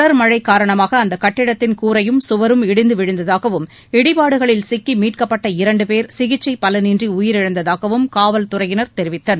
தொடர் மழை காரணமாக அந்த கட்டடத்தின் கூரையும் சுவரும் இடிந்து விழுந்ததாகவும் இடிபாடுகளில் சிக்கி மீட்கப்பட்ட இரண்டு பேர் சிகிச்சை பலனின்றி உயிரிழந்ததாகவும் காவல்துறையினர் தெரிவித்தனர்